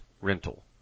rental